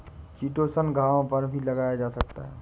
chitosan घावों पर भी लगाया जा सकता है